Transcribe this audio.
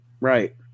Right